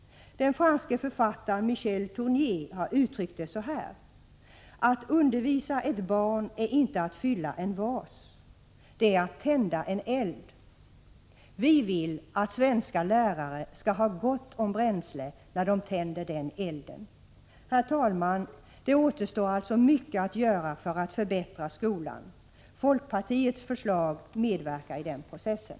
Den franske författaren Michel Tournier har uttryckt det så här: Att undervisa ett barn är inte att fylla en vas, det är att tända en eld. Vi vill att svenska lärare skall ha gott om bränsle när de tänder den elden. Herr talman! Det återstår alltså mycket att göra för att förbättra skolan. Folkpartiets förslag medverkar i den processen.